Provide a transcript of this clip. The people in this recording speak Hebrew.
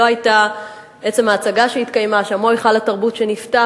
לא היתה עצם ההצגה שהתקיימה שם או היכל התרבות שנפתח.